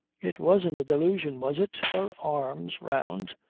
it wasn't a delusion was it? her arms round.